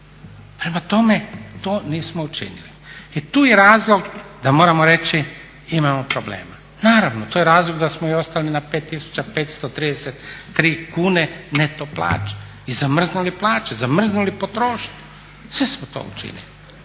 Prema tome, to nismo učinili. I tu je razlog da moramo reći imamo problema. Naravno, to je razlog da smo i ostali na 5533 kune neto plaće i zamrznuli plaće, zamrznuli potrošnju, sve smo to učinili.